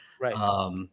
right